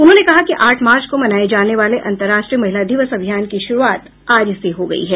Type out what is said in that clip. उन्होंने कहा कि आठ मार्च को मनाये जाने वाले अंतर्राष्ट्रीय महिला दिवस अभियान की शुरुआत आज से हो गई है